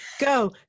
go